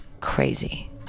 crazy